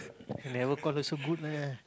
never call also good lah